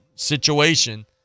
situation